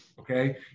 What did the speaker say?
Okay